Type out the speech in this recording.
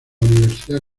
universidad